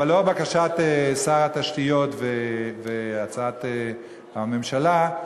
אבל לאור בקשת שר התשתיות והצעת הממשלה,